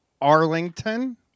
Arlington